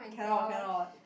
cannot cannot